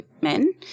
men